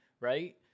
right